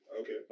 Okay